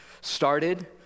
started